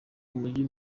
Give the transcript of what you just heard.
umujyi